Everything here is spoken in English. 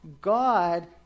God